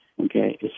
okay